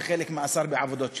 וחלק מאסר בעבודות שירות,